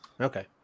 Okay